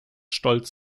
stolz